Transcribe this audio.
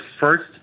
first